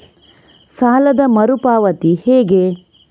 ಸಾಲದ ಮರು ಪಾವತಿ ಹೇಗೆ?